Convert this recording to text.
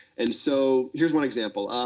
and so here's one example.